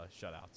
shutouts